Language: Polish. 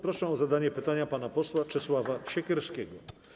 Proszę o zadanie pytania pana posła Czesława Siekierskiego.